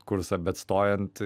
kursą bet stojant